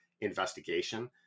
investigation